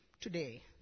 today